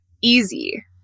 easy